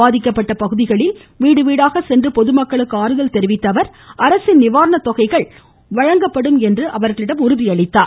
பாதிக்கப்பட்ட பகுதிகளில் வீடு வீடாக சென்று பொதுமக்களுக்கு ஆறுதல் தெரிவித்ததோடு அரசின் நிவாரண தொகைகள் வழங்கப்படும் என அவர் உறுதியளித்தார்